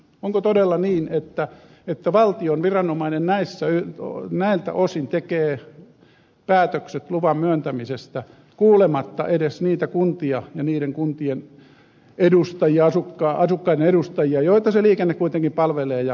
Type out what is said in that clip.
onko todella niin että valtion viranomainen näiltä osin tekee päätökset luvan myöntämisestä kuulematta edes niitä kuntia ja niiden kuntien asukkaiden edustajia joita se liikenne kuitenkin palvelee ja koskettaa